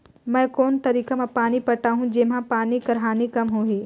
मैं कोन तरीका म पानी पटाहूं जेमा पानी कर हानि कम होही?